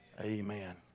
amen